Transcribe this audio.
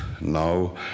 now